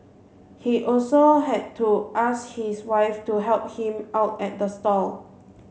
he also had to ask his wife to help him out at the stall